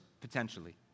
potentially